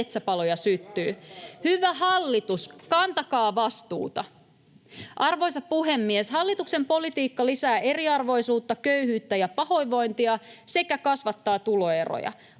välihuuto] Hyvä hallitus, kantakaa vastuuta. Arvoisa puhemies! Hallituksen politiikka lisää eriarvoisuutta, köyhyyttä ja pahoinvointia sekä kasvattaa tuloeroja.